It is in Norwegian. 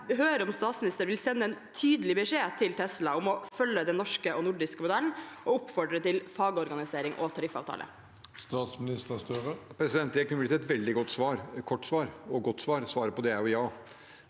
høre om statsministeren vil sende en tydelig beskjed til Tesla om å følge den norske og nordiske modellen og oppfordre til fagorganisering og tariffavtale. Statsminister Jonas Gahr Støre Det kun- ne blitt et veldig kort svar og et godt svar, for svaret på det er ja.